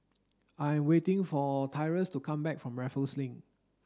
I'm waiting for Tyrus to come back from Raffles Link